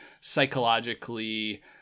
psychologically